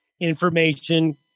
information